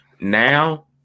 now